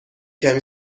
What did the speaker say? کمی